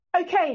Okay